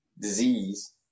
disease